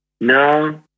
no